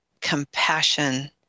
compassion